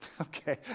Okay